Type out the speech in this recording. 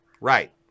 Right